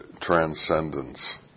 transcendence